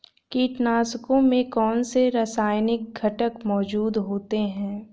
कीटनाशकों में कौनसे रासायनिक घटक मौजूद होते हैं?